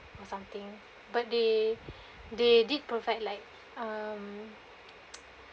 or something but they they did provide like(um)